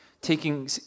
Taking